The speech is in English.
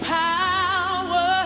power